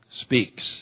speaks